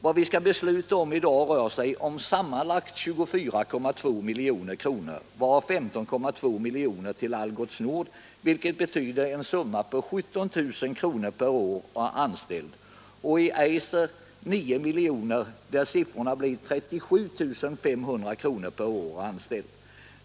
Vad vi skall besluta om i dag rör sig om sammanlagt 24,2 milj.kr., varav 15,2 miljoner till Algots Nord, vilket betyder en summa på 17 000 kr. per år och anställd. För Eiser gäller det 9 milj.kr., vilket gör 37 500 kr. per år och anställd.